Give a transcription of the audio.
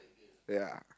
yeah